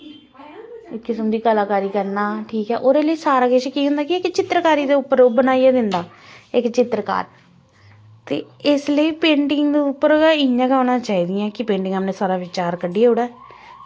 इक किस्म दी कलाकारी करना ठीक ऐ ओह्दे लेई सारा किश केह् होंदा कि इक चित्तरकारी दे उप्पर बनाया जंदा इक चित्तरकार ते इस लेई पेंटिंग उप्पर गै इ'यां होना चाही दियां कि पेंटिंगां च अपना सारा विचार कड्ढी ओड़े